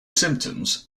symptoms